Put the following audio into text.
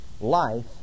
Life